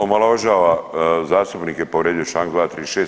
Omalovažava zastupnike, povrijedio je članak 236.